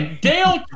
Dale